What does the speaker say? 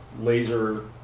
laser